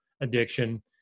addiction